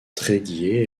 tréguier